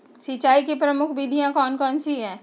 सिंचाई की प्रमुख विधियां कौन कौन सी है?